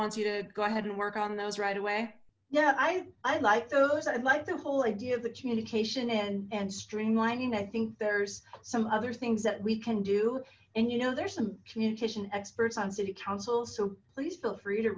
wants you to go ahead and work on those right away yeah i i like those i'd like the whole idea of the communication and and streamlining i think there's some other things that we can do and you know there's some communication experts on city council's so please feel free to